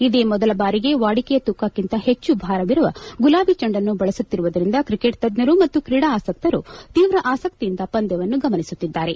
ಇದೇ ಮೊದಲ ಬಾರಿಗೆ ವಾಡಿಕೆಯ ತೂಕಕ್ಕಿಂತ ಹೆಚ್ಚು ಭಾರವಿರುವ ಗುಲಾಬಿ ಚೆಂಡನ್ನು ಬಳಸುತ್ತಿರುವುದರಿಂದ ಕ್ರಿಕೆಟ್ ತಜ್ಞರು ಮತ್ತು ಕ್ರೀಡಾಸಕ್ತರು ತೀವ್ರ ಆಸಕ್ತಿಯಿಂದ ಪಂದ್ಯವನ್ನು ಗಮನಿಸುತ್ತಿದ್ದಾರೆ